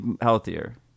healthier